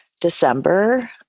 December